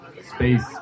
space